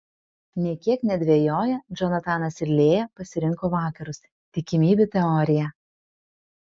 nė kiek nedvejoję džonatanas ir lėja pasirinko vakarus tikimybių teoriją